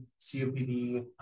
COPD